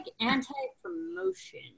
anti-promotion